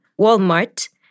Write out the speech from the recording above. Walmart